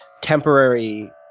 temporary